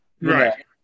Right